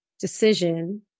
decision